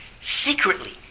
secretly